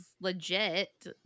legit